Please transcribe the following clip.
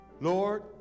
Lord